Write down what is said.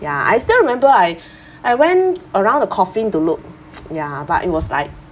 ya I still remember I I went around the coffin to look ya but it was like